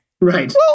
Right